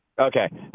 Okay